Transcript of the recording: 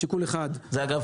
שיקול אחד --- זה אגב,